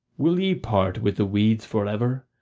will ye part with the weeds for ever?